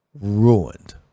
Ruined